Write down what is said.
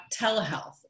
telehealth